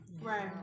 right